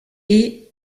est